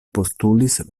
postulis